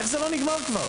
איך זה לא נגמר כבר?